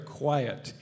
quiet